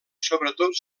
sobretot